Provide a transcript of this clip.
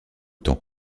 temps